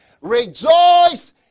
rejoice